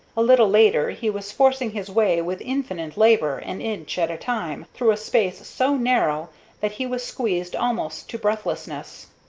a little later he was forcing his way with infinite labor, an inch at a time, through a space so narrow that he was squeezed almost to breathlessness.